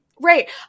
Right